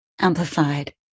amplified